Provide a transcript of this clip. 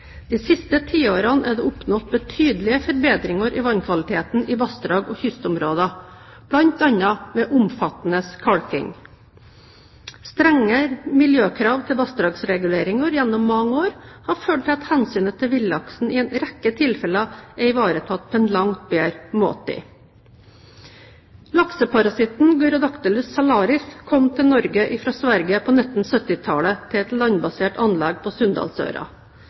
De siste tiårene er det oppnådd betydelige forbedringer i vannkvaliteten i vassdrag og kystområder, bl.a. ved omfattende kalking. Strengere miljøkrav til vassdragsreguleringer gjennom mange år har ført til at hensynet til villaksen i en rekke tilfeller er ivaretatt på en langt bedre måte. Lakseparasitten Gyrodactylus salaris kom til Norge fra Sverige på 1970-tallet til et landbasert anlegg på